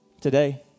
Today